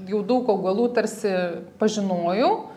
jau daug augalų tarsi pažinojau